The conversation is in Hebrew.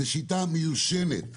זאת שיטה מיושנת.